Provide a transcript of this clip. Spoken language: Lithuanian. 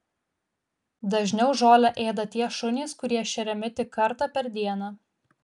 dažniau žolę ėda tie šunys kurie šeriami tik kartą per dieną